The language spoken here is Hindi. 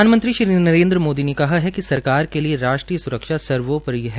प्रधानमंत्री श्री नरेन्द्र मोदी ने कहा है कि सरकार के लिए राष्ट्रीय स्रक्षा सर्वोपरि है